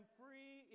free